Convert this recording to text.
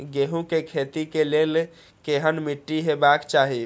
गेहूं के खेतीक लेल केहन मीट्टी हेबाक चाही?